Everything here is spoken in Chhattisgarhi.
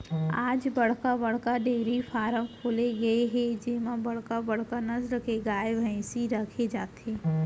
आज बड़का बड़का डेयरी फारम खोले गे हे जेमा बड़का बड़का नसल के गाय, भइसी राखे जाथे